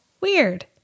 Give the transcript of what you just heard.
weird